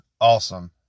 awesome